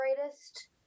greatest